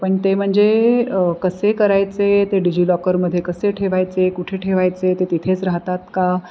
पण ते म्हणजे कसे करायचे ते डिजिलॉकरमध्ये कसे ठेवायचे कुठे ठेवायचे ते तिथेच राहतात का